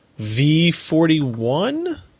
V41